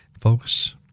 Folks